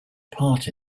part